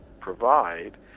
provide